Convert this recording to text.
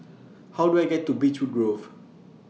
How Do I get to Beechwood Grove